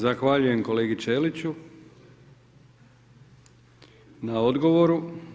Zahvaljujem kolegi Ćeliću na odgovoru.